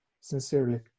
sincerely